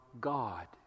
God